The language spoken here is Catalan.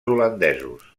holandesos